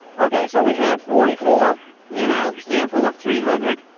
okay so we have forty four in our sample of three hundred